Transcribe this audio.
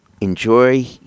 enjoy